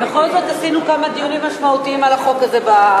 בכל זאת עשינו כמה דיונים משמעותיים על החוק הזה,